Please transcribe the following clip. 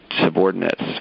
subordinates